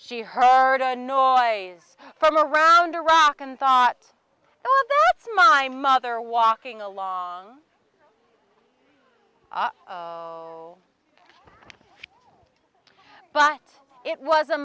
she heard a noise from around a rock and thought oh it's my mother walking along but it was a